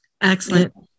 Excellent